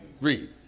Read